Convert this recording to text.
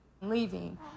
leaving